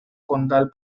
condal